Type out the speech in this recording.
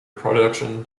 production